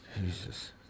Jesus